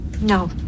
no